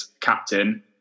captain